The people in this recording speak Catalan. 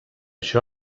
això